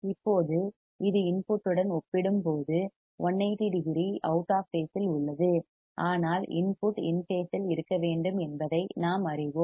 இப்போது இது இன்புட் உடன் ஒப்பிடும்போது 180 டிகிரி அவுட் ஆஃப் பேசில் உள்ளது ஆனால் இன்புட் இன் பேசில் இருக்க வேண்டும் என்பதை நாம் அறிவோம்